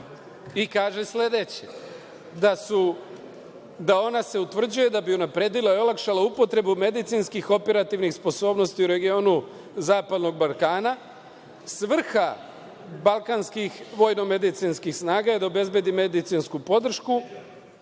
i kaže sledeće – da se ona utvrđuje da bi unapredila i olakšala upotrebu medicinskih operativnih sposobnosti u regionu zapadnog Balkana. Svrha balkanskih vojno-medicinskih snaga je da obezbedi medicinsku podršku,